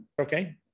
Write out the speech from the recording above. Okay